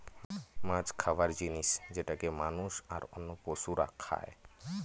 মাছ খাবার জিনিস যেটাকে মানুষ, আর অন্য পশুরা খাই